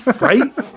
Right